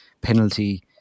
penalty